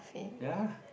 ya